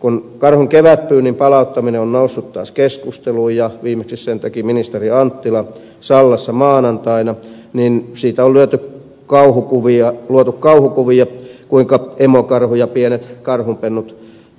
kun karhun kevätpyynnin palauttaminen on noussut taas keskusteluun ja viimeksi sen teki ministeri anttila sallassa maanantaina niin siitä on luotu kauhukuvia kuinka emokarhu ja pienet karhunpennut tapettaisiin